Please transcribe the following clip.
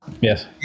Yes